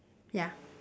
ya